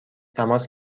تماس